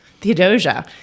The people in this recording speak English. Theodosia